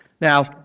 Now